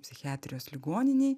psichiatrijos ligoninėj